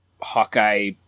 Hawkeye